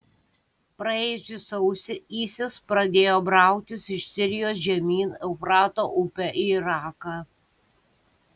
praėjusį sausį isis pradėjo brautis iš sirijos žemyn eufrato upe į iraką